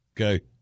Okay